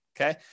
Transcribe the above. Okay